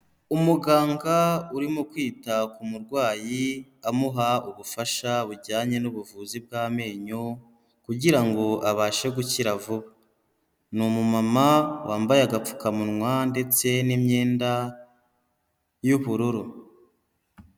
Umuganga urimo kwita ku murwayi amuha ubufasha bujyanye n'ubuvuzi bw'amenyo, kugira ngo abashe gukira vuba. Ni umu mama wambaye agapfukamunwa ndetse n'imyenda y'ubururu.